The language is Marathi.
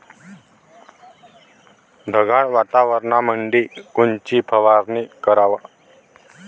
ढगाळ वातावरणामंदी कोनची फवारनी कराव?